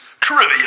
Trivia